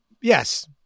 yes